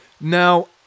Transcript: Now